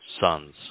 sons